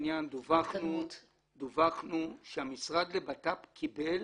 אנחנו שליווינו את העניין דיווחנו שהמשרד לבט"פ קיבל